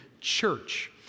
church